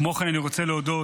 כמו כן, אני רוצה להודות